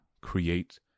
create